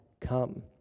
come